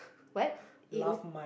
what A_O